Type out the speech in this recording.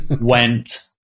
went